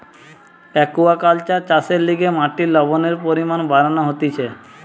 aquaculture চাষের লিগে মাটির লবণের পরিমান বাড়ানো হতিছে